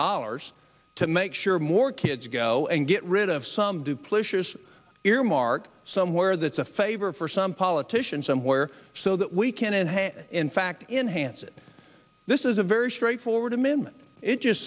dollars to make sure more kids go and get rid of some duplicious earmark somewhere that's a favor for some politician somewhere so that we can enhance in fact enhance it this is a very straightforward amendment it just